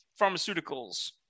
Pharmaceuticals